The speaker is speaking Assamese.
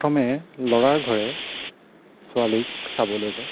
প্ৰথমে ল'ৰাৰ ঘৰে ছোৱালীক চাবলৈ যায়